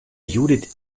judith